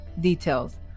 Details